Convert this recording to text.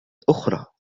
أخرى